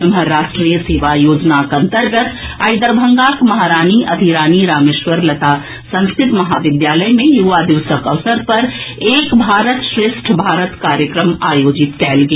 एम्हर राष्ट्रीय सेवा योजनाक अंतर्गत आइ दरभंगाक महारानी अधिरानी रामेश्वर लता संस्कृत महाविद्यालय मे युवा दिवसक अवसर पर एक भारत श्रेष्ठ भारत कार्यक्रम आयोजित कयल गेल